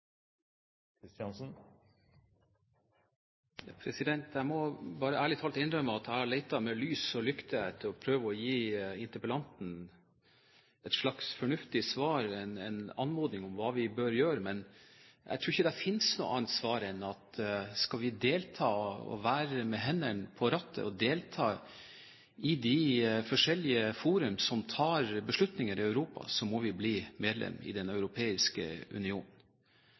må bare ærlig talt innrømme at jeg har lett med lys og lykte for å prøve å gi interpellanten et slags fornuftig svar og en anmodning om hva vi bør gjøre, men jeg tror ikke det finnes noe annet svar enn at skal vi ha hendene på rattet og delta i de forskjellige fora som tar beslutninger i Europa, må vi bli medlemmer i Den europeiske